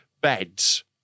beds